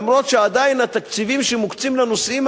למרות שעדיין התקציבים שמוקצים לנושאים